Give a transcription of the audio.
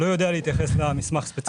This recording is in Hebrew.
אני לא יודע להתייחס למסמך ספציפית.